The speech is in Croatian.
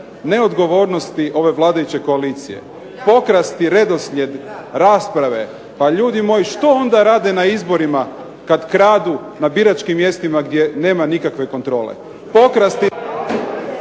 neodgovornosti ove vladajuće koalicije. Pokrasti redoslijed rasprave, pa ljudi moji što onda rade na izborima kad kradu na biračkim mjestima gdje nema nikakve kontrole. Pokrasti